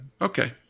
Okay